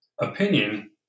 Opinion